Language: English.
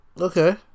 Okay